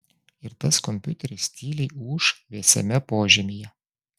ir tas kompiuteris tyliai ūš vėsiame požemyje